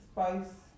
Spice